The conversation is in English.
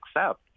accept